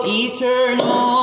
eternal